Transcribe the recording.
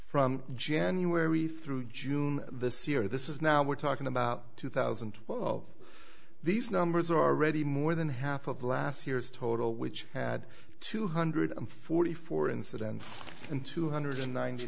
from january through june this year this is now we're talking about two thousand and twelve these numbers are already more than half of last year's total which had two hundred forty four incidents and two hundred ninety